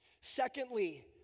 Secondly